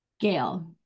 Gail